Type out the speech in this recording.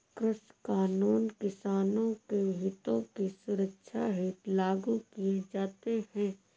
कृषि कानून किसानों के हितों की सुरक्षा हेतु लागू किए जाते हैं